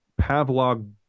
Pavlog